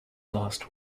last